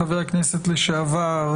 חבר הכנסת לשעבר,